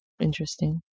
Interesting